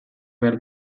behar